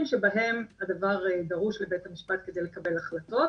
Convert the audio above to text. שבהם הדבר דרוש לבית המשפט כדי לקבל החלטות.